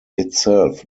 itself